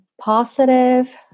positive